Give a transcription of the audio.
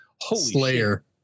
slayer